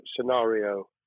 scenario